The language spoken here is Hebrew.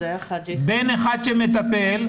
בן אחד שמטפל,